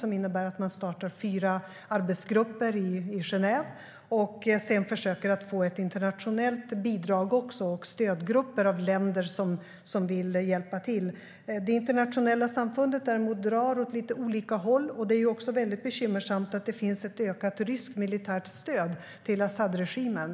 Fyra arbetsgrupper ska startas i Genève, och man ska sedan försöka få ett internationellt bidrag och skapa stödgrupper av länder som vill hjälpa till. Det internationella samfundet däremot drar åt lite olika håll. Det är också bekymmersamt att det finns ett ökat ryskt militärt stöd till Asadregimen.